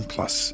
Plus